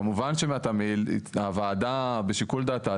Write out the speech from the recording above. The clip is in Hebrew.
כמובן שמהתמהיל הוועדה בשיקול דעתה,